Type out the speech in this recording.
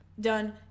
done